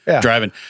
driving